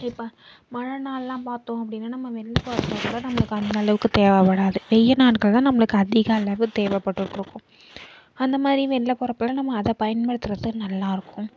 இப்போ மழை நாள்லாம் பார்த்தோம் அப்படின்னா நம்ம வெயில் காலத்தில் கூட நம்மளுக்கு அந்தளவுக்கு தேவைப்படாது வெயில் நாட்கள் தான் நம்மளுக்கு அதிக அளவு தேவப்பட்டுகிட்டு இருக்கும் அந்தமாதிரி வெளில போகிறப்பெல்லாம் நம்ம அதை பயன்படுத்துறது நல்லாயிருக்கும்